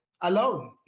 Alone